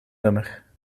nummer